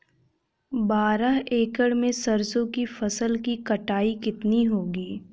बारह एकड़ में सरसों की फसल की कटाई कितनी होगी?